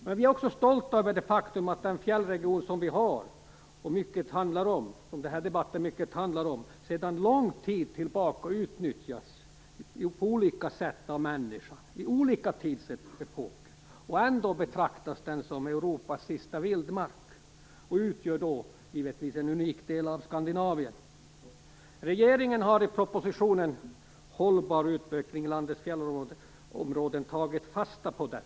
Men vi är också stolta över det faktum att den fjällregion som vi har, och som den här debatten mycket handlar om, sedan lång tid tillbaka nyttjats på olika sätt av människan, i olika tidsepoker, och ändå betraktas den som Europas sista vildmark och utgör givetvis en unik del av Skandinavien. Regeringen har i propositionen Hållbar utveckling i landets fjällområden tagit fasta på detta.